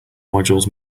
modules